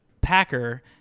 Packer